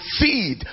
feed